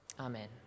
Amen